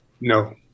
No